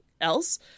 else